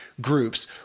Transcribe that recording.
groups